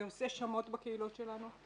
זה עושה שמות בקהילות שלנו.